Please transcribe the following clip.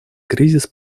кризис